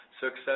success